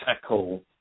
tackle